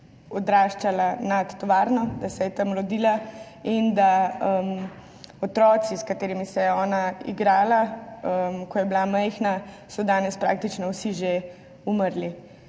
odraščala nad tovarno, da se je tam rodila in da so otroci, s katerimi se je ona igrala, ko je bila majhna, danes praktično vsi že umrli